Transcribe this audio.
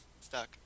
stuck